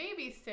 babysit